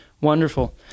Wonderful